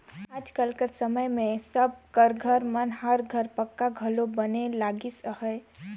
आएज कर समे मे सब कर घर मन हर पक्का घलो बने लगिस अहे